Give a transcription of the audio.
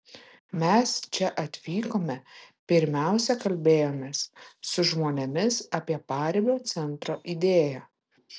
mes čia atvykome pirmiausia kalbėjomės su žmonėmis apie paribio centro idėją